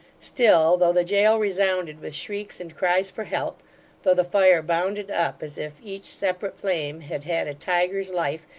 still, though the jail resounded with shrieks and cries for help though the fire bounded up as if each separate flame had had a tiger's life,